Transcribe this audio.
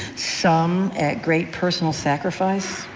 some at great personal sacrifice.